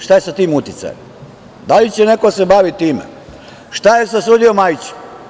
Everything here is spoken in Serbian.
Šta je sa tim uticajem, da li će neko da se bavi time, šta je sa sudijom Majić?